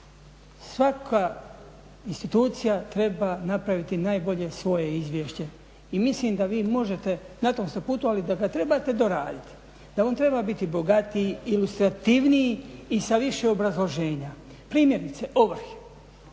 Svaka institucija treba napraviti najbolje svoje izvješće.I mislim da vi možete, na tom ste putu ali da ga trebate doraditi. Da on treba biti bogatiji, ilustrativniji i sa više obrazloženja. Primjerice ovrhe,